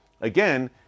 Again